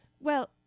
Well